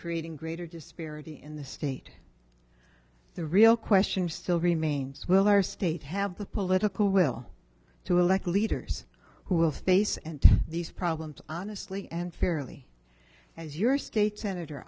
creating greater disparity in the state the real question still remains will our state have the political will to elect leaders who will face and these problems honestly and fairly as your state senator